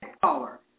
caller